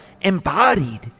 embodied